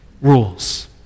rules